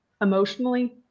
emotionally